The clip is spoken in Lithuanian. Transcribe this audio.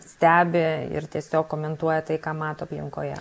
stebi ir tiesiog komentuoja tai ką mato aplinkoje